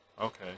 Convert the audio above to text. okay